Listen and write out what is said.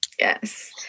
Yes